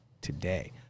today